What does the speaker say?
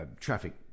traffic